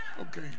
Okay